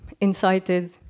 incited